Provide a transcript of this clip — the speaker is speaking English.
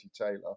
Taylor